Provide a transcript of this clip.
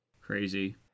Crazy